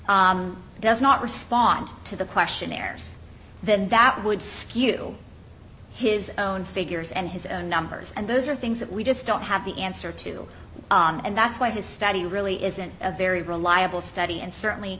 group does not respond to the questionnaires then that would skew his own figures and his own numbers and those are things that we just don't have the answer to and that's why his study really isn't a very reliable study and certainly